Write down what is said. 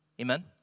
Amen